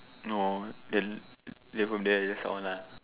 no then then from there that's all lah